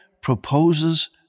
proposes